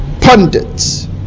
pundits